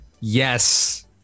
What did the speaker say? Yes